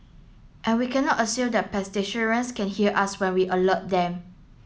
and we cannot assume that pedestrians can hear us when we alert them